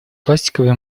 пластиковый